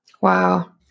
Wow